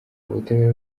ubutabera